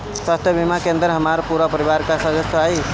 स्वास्थ्य बीमा के अंदर हमार पूरा परिवार का सदस्य आई?